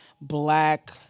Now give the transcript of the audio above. Black